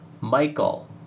Michael